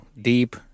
deep